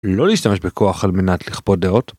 לא להשתמש בכוח על מנת לכפות דעות.